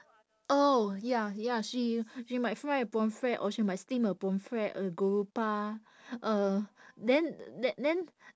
oh ya ya she she might fry a pomfret or she might steam a pomfret a grouper uh then th~ then